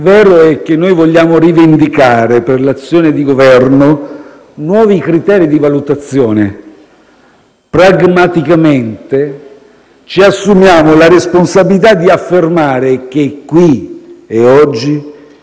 Vero è che noi vogliamo rivendicare, per l'azione di Governo, nuovi criteri di valutazione. Pragmaticamente ci assumiamo la responsabilità di affermare che, qui e oggi,